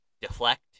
deflect